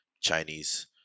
Chinese